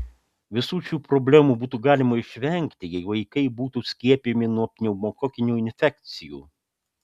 visų šių problemų būtų galima išvengti jei vaikai būtų skiepijami nuo pneumokokinių infekcijų